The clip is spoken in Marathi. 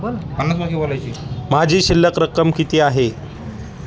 माझी शिल्लक रक्कम किती आहे?